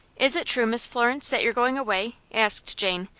is it true, miss florence, that you're going away? asked jane,